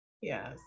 Yes